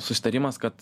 susitarimas kad